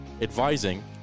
advising